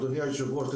אדוני היושב-ראש,